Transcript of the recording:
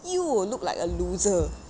you will look like a loser